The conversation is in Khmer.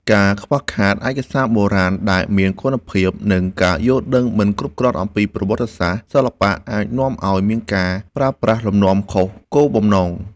ការខ្វះឯកសារបុរាណដែលមានគុណភាព និងការយល់ដឹងមិនគ្រប់គ្រាន់អំពីប្រវត្តិសាស្ត្រសិល្បៈអាចនាំឲ្យមានការប្រើប្រាស់លំនាំខុសគោលបំណង។